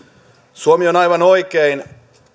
suomi on aivan oikein